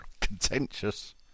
Contentious